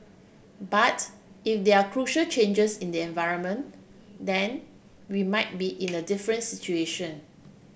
but if there are crucial changes in the environment then we might be in a different situation